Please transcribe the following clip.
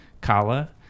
Kala